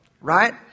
Right